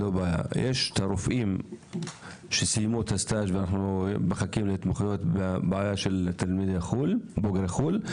יש הרופאים שסיימו את הסטאז' ובעיה של בוגרי חו"ל,